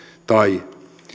tai